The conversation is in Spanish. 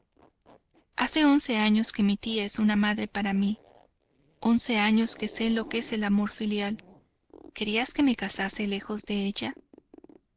hace once años que mi tía es una madre para mí once años que sé lo que es el amor filial querías que me casase lejos de ella